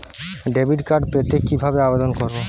Debit card পেতে কিভাবে আবেদন করব?